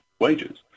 wages